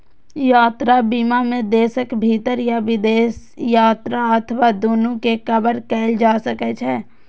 यात्रा बीमा मे देशक भीतर या विदेश यात्रा अथवा दूनू कें कवर कैल जा सकै छै